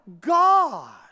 God